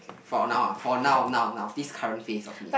for now ah for now now now this current phase of me